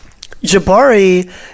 Jabari